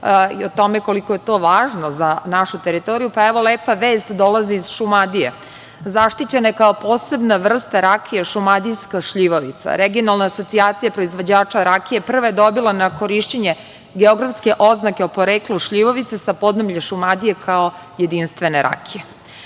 i o tome koliko je to važno za našu teritoriju. Pa, evo, lepa vest dolazi iz Šumadije, zaštićene kao posebna vrsta rakije - šumadijska šljivovica, Regionalna asocijacija proizvođača rakije prva je dobila na korišćenje geografske oznake o poreklu šljivovice sa podneblja Šumadije, kao jedinstvene rakije. Pošto